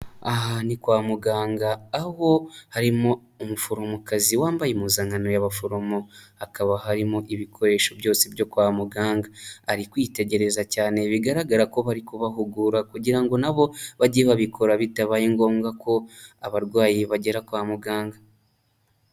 Aha ni kwa muganga, aho harimo umuforomokazi wambaye impuzankano y'abaforomo. Hakaba harimo ibikoresho byose byo kwa muganga. Ari kwitegereza cyane bigaragara ko bari kubahugura kugira ngo na bo bajye babikora bitabaye ngombwa ko abarwayi bagera kwa muganga.